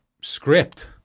script